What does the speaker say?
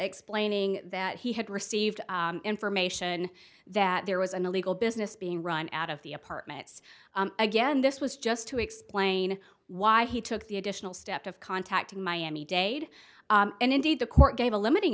explaining that he had received information that there was an illegal business being run out of the apartments again this was just to explain why he took the additional step of contacting miami dade and indeed the court gave a limiting